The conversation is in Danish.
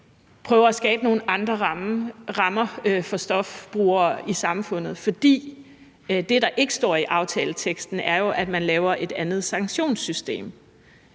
prøver at skabe nogle andre rammer for stofbrugere i samfundet? For det, der ikke står i aftaleteksten, er jo, at man laver et andet sanktionssystem,